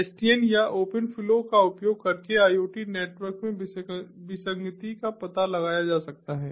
SDN या open flow का उपयोग करके IoT नेटवर्क में विसंगति का पता लगाया जा सकता है